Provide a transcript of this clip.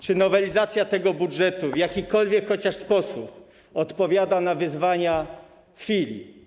Czy nowelizacja tego budżetu w jakikolwiek sposób odpowiada na wyzwania chwili?